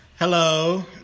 hello